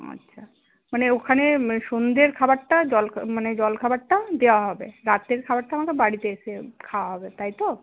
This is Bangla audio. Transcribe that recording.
আচ্ছা মানে ওখানে সন্ধ্যের খাবারটা মানে জলখাবারটা দেওয়া হবে রাতের খাবারটা আমাকে বাড়িতে এসে খাওয়া হবে তাই তো